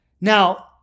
Now